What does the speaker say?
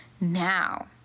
now